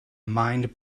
mind